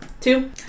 Two